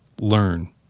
Learn